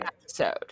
episode